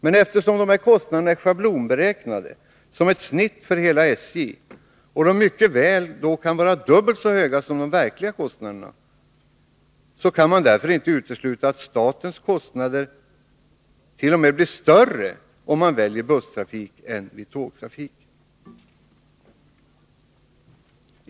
Eftersom dessa kostnader är schablonberäknade som ett snitt för hela SJ, kan de mycket väl vara dubbelt så höga som de verkliga kostnaderna. Man kan därför inte utesluta att statens kostnader t.o.m. blir större vid busstrafik än vid tågtrafik.